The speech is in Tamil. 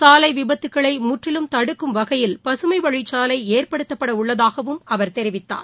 சாலை விபத்துகளை முற்றிலும் தடுக்கும் வகையில் பசுமை வழிச்சாலை ஏற்படுத்தப்பட உள்ளதாகவும் அவர் தெரிவித்தார்